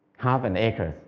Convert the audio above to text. half an acre.